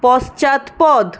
পশ্চাৎপদ